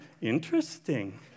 interesting